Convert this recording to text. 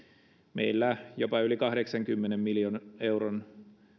meillä jopa yli kahdeksankymmenen miljardin euron